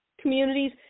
communities